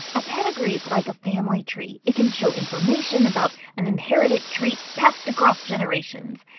a pedigree is like a family tree it can show information about an inherited trait passed across generations.